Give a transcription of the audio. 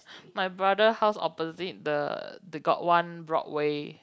my brother house opposite the the got one Broadway